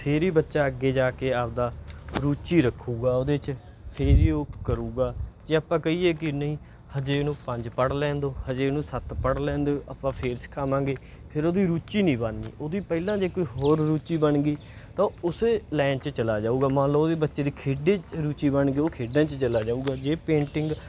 ਫੇਰ ਹੀ ਬੱਚਾ ਅੱਗੇ ਜਾ ਕੇ ਆਪਦਾ ਰੁਚੀ ਰੱਖੇਗਾ ਉਹਦੇ 'ਚ ਫੇਰ ਹੀ ਉਹ ਕਰੇਗਾ ਜੇ ਆਪਾਂ ਕਹੀਏ ਕਿ ਨਹੀਂ ਅਜੇ ਇਹਨੂੰ ਪੰਜ ਪੜ੍ਹ ਲੈਣ ਦਿਓ ਅਜੇ ਇਹਨੂੰ ਸੱਤ ਪੜ੍ਹ ਲੈਣ ਦਿਓ ਆਪਾਂ ਫੇਰ ਸਿਖਾਵਾਂਗੇ ਫੇਰ ਉਹਦੀ ਰੁਚੀ ਨਹੀਂ ਬਣਨੀ ਉਹਦੀ ਪਹਿਲਾਂ ਜੇ ਕੋਈ ਹੋਰ ਰੁਚੀ ਬਣ ਗਈ ਤਾਂ ਉਸ ਲਾਈਨ 'ਚ ਚਲਾ ਜਾਊਗਾ ਮੰਨ ਲਉ ਉਹਦੀ ਬੱਚੇ ਦੀ ਖੇਡ ਰੁਚੀ ਬਣ ਗਈ ਉਹ ਖੇਡਾਂ 'ਚ ਚਲਾ ਜਾਊਗਾ ਜੇ ਪੇਂਟਿੰਗ